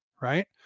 right